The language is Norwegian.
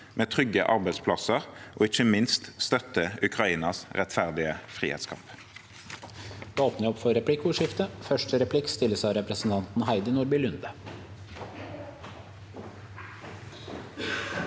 med trygge arbeidsplasser, og som ikke minst støtter Ukrainas rettferdige frihetskamp.